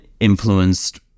Influenced